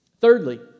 Thirdly